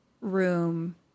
room